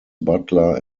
butler